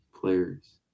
Players